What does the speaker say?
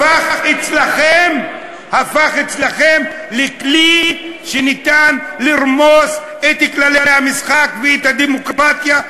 הפך אצלכם לכלי שניתן לרמוס דרכו את כללי המשחק ואת הדמוקרטיה,